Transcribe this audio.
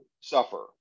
suffer